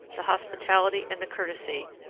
the hospitality and the courtesy,